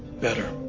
better